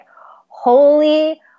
holy